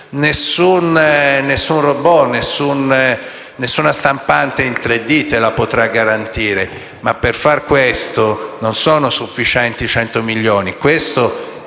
nessun *robot*, nessuna stampante in 3D la potrà garantire. Tuttavia, per far questo non sono sufficienti 100 milioni: